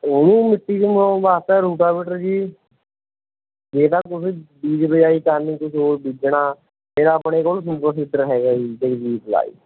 ਉਹਨੂੰ ਮਿੱਟੀ 'ਚ ਮਲਾਉਣ ਵਾਸਤੇ ਰੂਟਾਵੀਟਰ ਜੀ ਜੇ ਤਾਂ ਤੁਸੀਂ ਬੀਜ ਬਜਾਈ ਕਰਨੀ ਕੁਛ ਹੋਰ ਬੀਜਣਾ ਫਿਰ ਆਪਣੇ ਕੋਲ ਸੁਪਰ ਸੀਡਰ ਹੈਗਾ ਜੀ